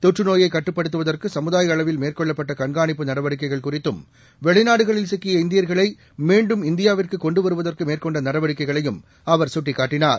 தொற்று நோயைக் கட்டுப்படுத்துவதற்கு சமுதாய அளவில் மேற்கொள்ளப்பட்ட கண்காணிப்பு நடவடிக்கைகள் குறித்தும் வெளிநாடுகளில் சிக்கிய இந்தியர்களை மீண்டும் இந்தியாவிற்கு கொண்டு வருவதற்கு மேற்கொண்ட நடவடிக்கைகளையும் அவர் சுட்டிக்காட்டினார்